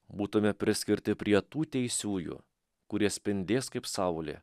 būtume priskirti prie tų teisiųjų kurie spindės kaip saulė